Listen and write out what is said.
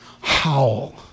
Howl